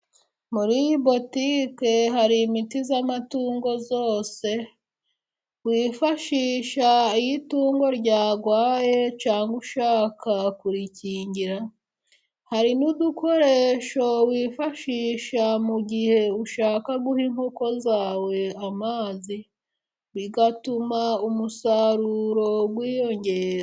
Muri iyi botike hari imiti y'amatungo yose, wifashisha iyo itungo ryarwaye, cyangwa ushaka kurikingira. Hari n'udukoresho wifashisha mu gihe ushaka guha inkoko zawe amazi, bigatuma umusaruro wiyongera.